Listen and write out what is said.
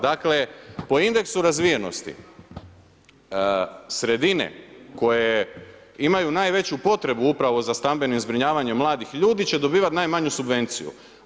Dakle, po indeksu razvijenosti sredine koje imaju najveću potrebu upravo za stambenim zbrinjavanjem mladih ljudi će dobivati najmanju subvenciju.